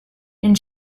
une